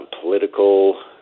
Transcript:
political